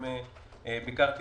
בנוסף כך אני ביקרתי